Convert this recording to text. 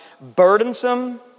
burdensome